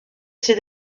ses